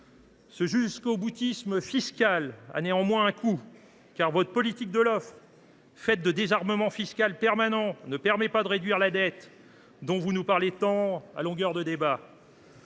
Ce jusqu’au boutisme fiscal a néanmoins un coût, car votre politique de l’offre, faite de désarmement fiscal permanent, ne permet pas de réduire la dette, dont vous nous parlez tant à longueur de débat.